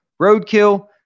Roadkill